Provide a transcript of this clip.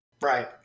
Right